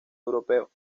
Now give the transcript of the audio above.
europeo